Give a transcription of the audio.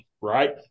right